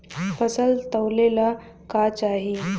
फसल तौले ला का चाही?